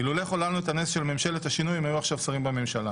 אילולא חוללנו את הנס של ממשלת השינוי הם היו עכשיו שרים בממשלה".